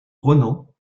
ronan